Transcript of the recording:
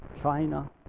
china